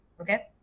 okay